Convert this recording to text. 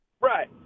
Right